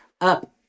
up